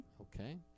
okay